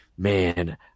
man